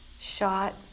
shot